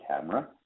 camera